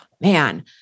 Man